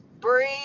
breathe